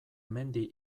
mendi